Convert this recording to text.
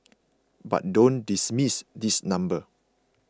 but don't dismiss this number